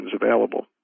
available